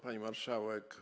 Pani Marszałek!